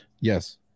yes